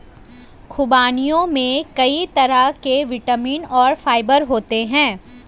ख़ुबानियों में कई प्रकार के विटामिन और फाइबर होते हैं